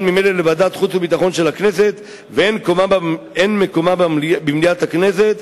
ממילא לוועדת חוץ וביטחון של הכנסת ואין מקומה במליאת הכנסת.